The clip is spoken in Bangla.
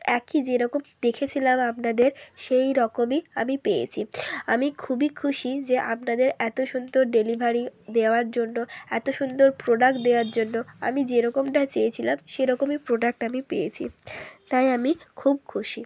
একই যেরকম দেখেছিলাম আপনাদের সেই রকমই আমি পেয়েছি আমি খুবই খুশি যে আপনাদের এতো সুন্দর ডেলিভারি দেওয়ার জন্য এতো সুন্দর প্রোডাক্ট দেওয়ার জন্য আমি যেরকমটা চেয়েছিলাম সেরকমই প্রোডাক্ট আমি পেয়েছি তাই আমি খুব খুশি